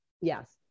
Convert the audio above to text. Yes